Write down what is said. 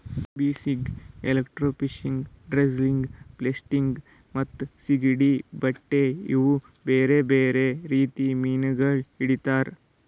ಬಸ್ನಿಗ್, electrofishing, dredging, flossing ಮತ್ತ ಸೀಗಡಿ ಬೇಟೆ ಇವು ಬೇರೆ ಬೇರೆ ರೀತಿ ಮೀನಾಗೊಳ್ ಹಿಡಿತಾರ್